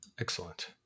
Excellent